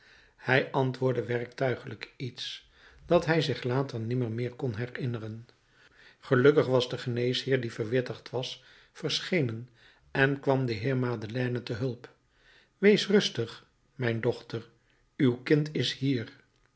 hij antwoordde werktuiglijk iets dat hij zich later nimmer meer kon herinneren gelukkig was de geneesheer die verwittigd was verschenen en kwam den heer madeleine te hulp wees rustig mijn dochter uw kind is hier